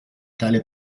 tale